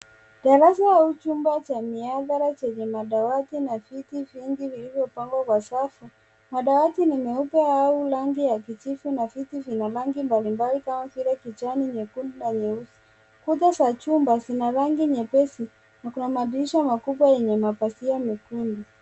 Darasa àu chumba cha màabara chenye madawati na viti vingi vilivyopangwa kwa safu. Madawati ni meupe au rangi ya kijivu na viti vina rangi mbalimbali kama kijani, nyekundu na nyeusi. Kuta za chumba zina rangi nyepesi na kuna madirisha makubwa yenye mapazia mekundu.